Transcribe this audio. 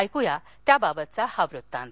ऐकूया त्याबद्दलचा हा वृत्तांत